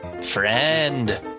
Friend